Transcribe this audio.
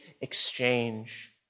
exchange